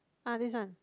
uh this one